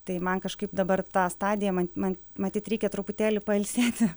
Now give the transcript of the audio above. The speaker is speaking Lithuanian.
tai man kažkaip dabar ta stadija man matyt reikia truputėlį pailsėti